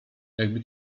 jakby